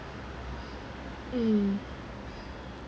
mm